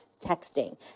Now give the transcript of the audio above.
TEXTING